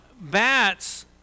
bats